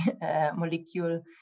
molecule